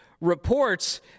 reports